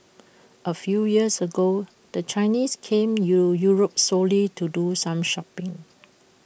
A few years ago the Chinese came to Europe solely to do some shopping